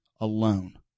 alone